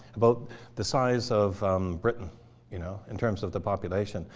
about the size of britain you know in terms of the population.